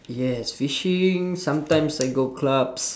yes fishing sometimes I go clubs